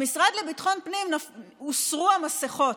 במשרד לביטחון פנים הוסרו המסכות,